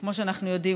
כמו שאנחנו יודעים,